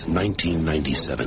1997